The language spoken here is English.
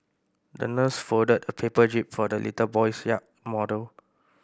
the nurse folded a paper jib for the little boy's yacht model